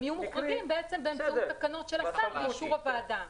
הם יהיו מוחרגים באמצעות תקנות של השר באישור הוועדה